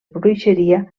bruixeria